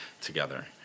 together